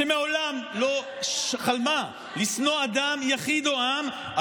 שמעולם לא חלמה לשנוא אדם יחיד או עם,